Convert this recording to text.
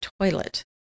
toilet